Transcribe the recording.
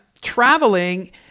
traveling